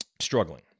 struggling